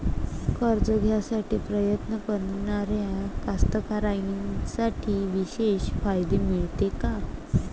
कर्ज घ्यासाठी प्रयत्न करणाऱ्या कास्तकाराइसाठी विशेष फायदे मिळते का?